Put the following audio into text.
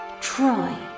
try